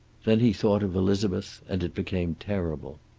then he thought of elizabeth, and it became terrible.